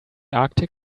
arctic